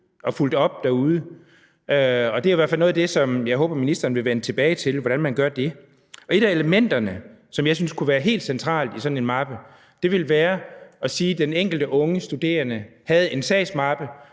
op på det derude. Det er i hvert fald noget af det, som jeg håber ministeren vil vende tilbage til, altså hvordan man gør det. Og et af elementerne, som jeg synes kunne have været helt centralt i sådan en mappe, ville være at sige, at den enkelte unge studerende havde en sagsmappe,